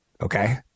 Okay